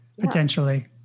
potentially